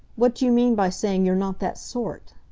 what do you mean by saying you're not that sort?